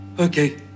Okay